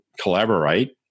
collaborate